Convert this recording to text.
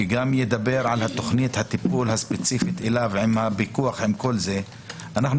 שגם ידבר על תכנית הטיפול הספציפית שלו עם הפיקוח חברי